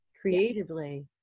creatively